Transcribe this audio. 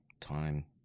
time